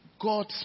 God